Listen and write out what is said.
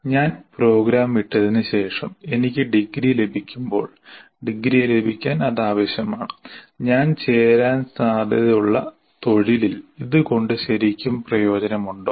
ഞാൻ പ്രോഗ്രാം വിട്ടതിനുശേഷം എനിക്ക് ഡിഗ്രി ലഭിക്കുമ്പോൾ ഡിഗ്രി ലഭിക്കാൻ അത് ആവശ്യമാണ് ഞാൻ ചേരാൻ സാധ്യതയുള്ള തൊഴിലിൽ ഇത് കൊണ്ട് ശരിക്കും പ്രയോജനമുണ്ടോ